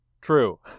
True